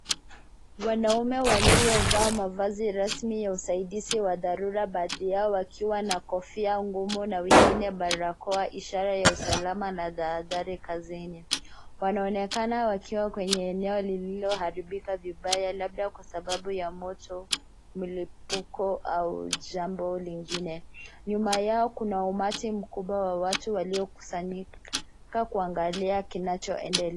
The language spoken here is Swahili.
Wanaume waliovaa mavazi rasmi ya usaidizi wa dharura baadhi yao wakiwa na kofia ngumu na wengine barakoa, ishara ya usalama na tahadhari kazini. Wanaonekana wakiwa kwenye eneo lililoharibika vibaya labda kwa sababu ya moto, mlipuko au jambo lingine. Nyuma yao kuna umati mkubwa wa watu waliokusanyika kuangalia kinachoendelea.